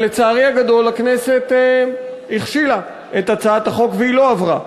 ולצערי הגדול הכנסת הכשילה את הצעת החוק והיא לא עברה.